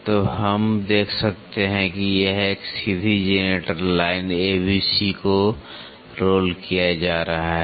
तो हम देख सकते हैं कि यदि एक सीधी generator line A B C को रोल किया जा रहा है